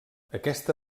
aquesta